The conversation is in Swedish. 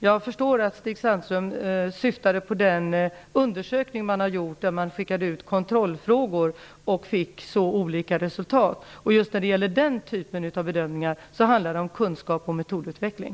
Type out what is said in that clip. Jag förstår att Stig Sandström syftade på den undersökning man har gjort, då man skickade ut kontrollfrågor och fick så olika resultat. Just när det gäller den typen av bedömningar handlar det om kunskap och metodutveckling.